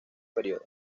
periodo